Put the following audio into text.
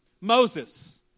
Moses